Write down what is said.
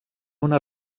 una